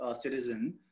citizen